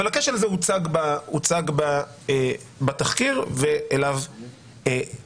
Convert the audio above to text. אבל הכשל הזה הוצג בתחקיר ואליו יתייחסו.